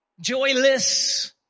joyless